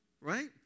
Right